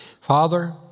Father